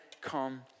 come